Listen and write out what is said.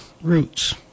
roots